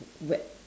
w~